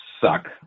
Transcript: suck